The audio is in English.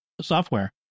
software